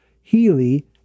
Healy